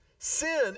Sin